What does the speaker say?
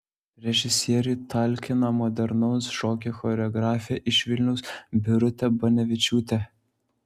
režisieriui talkina modernaus šokio choreografė iš vilniaus birutė banevičiūtė